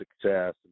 success